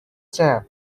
chap